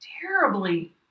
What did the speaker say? terribly